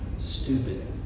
stupid